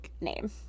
name